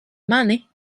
mani